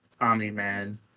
Omni-Man